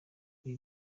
ibi